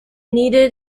needed